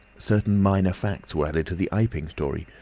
certain minor facts were added to the iping story,